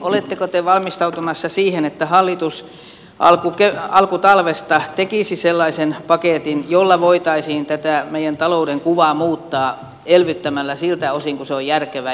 oletteko te valmistautumassa siihen että hallitus alkutalvesta tekisi sellaisen paketin jolla voitaisiin tätä meidän talouden kuvaa muuttaa elvyttämällä siltä osin kuin se on järkevää